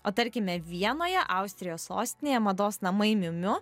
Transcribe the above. o tarkime vienoje austrijos sostinėje mados namai miu miu